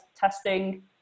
testing